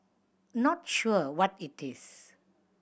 not sure what it is